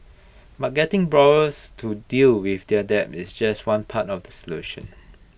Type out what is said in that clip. but getting borrowers to deal with their debt is just one part of the solution